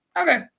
okay